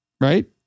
Right